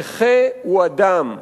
נכה הוא אדם,